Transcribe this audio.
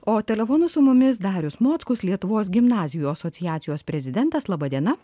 o telefonu su mumis darius mockus lietuvos gimnazijų asociacijos prezidentas laba diena